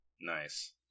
Nice